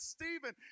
Stephen